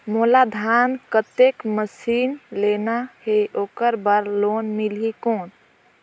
मोला धान कतेक मशीन लेना हे ओकर बार लोन मिलही कौन?